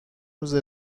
روزه